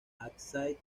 ábside